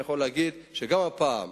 יכול להגיד שגם הפעם,